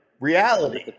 Reality